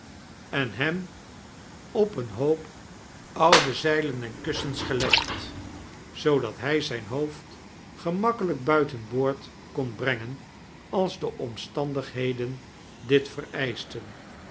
en hem op een hoop oude zeilen en kussens gelegd zoodat hy zynhoofd gemakkelyk buiten boord kon brengen als de omstandigheden dit vereischten